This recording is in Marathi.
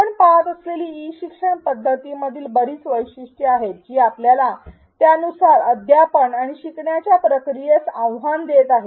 आपण पहात असलेली ई शिक्षण पध्दतीमधील बरीच वैशिष्ट्ये आहेत जी आपल्याला त्यानुसार अध्यापन आणि शिकण्याच्या प्रक्रियेस आव्हान देत आहेत